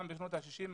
גם בשנות ה-60,